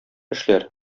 эшләр